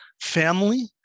family